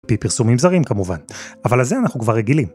פרסומים זרים כמובן, אבל לזה אנחנו כבר רגילים.